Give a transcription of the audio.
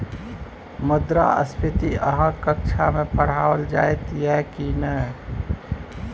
मुद्रास्फीति अहाँक कक्षामे पढ़ाओल जाइत यै की नै?